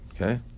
okay